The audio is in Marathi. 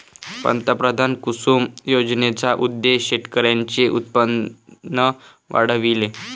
पंतप्रधान कुसुम योजनेचा उद्देश शेतकऱ्यांचे उत्पन्न वाढविणे